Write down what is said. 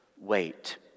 wait